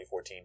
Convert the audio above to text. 2014